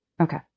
Okay